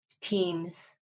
teams